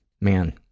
man